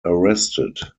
arrested